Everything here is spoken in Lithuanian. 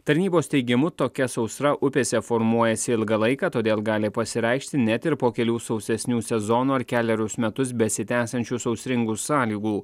tarnybos teigimu tokia sausra upėse formuojasi ilgą laiką todėl gali pasireikšti net ir po kelių sausesnių sezonų ar kelerius metus besitęsiančių sausringų sąlygų